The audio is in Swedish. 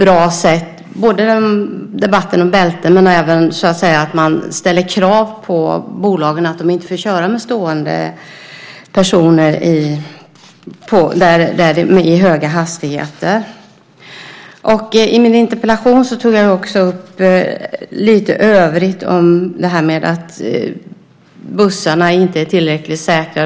Det gäller både debatten om bälten och att man ställer krav på bolagen att de inte får köra med stående personer i höga hastigheter. I min interpellation tog jag också upp lite övrigt om detta med att bussarna inte är tillräckligt säkra.